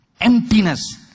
emptiness